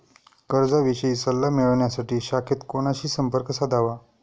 कर्जाविषयी सल्ला मिळवण्यासाठी शाखेत कोणाशी संपर्क साधावा?